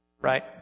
Right